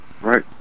right